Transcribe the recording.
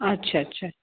अच्छा अच्छा